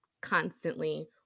constantly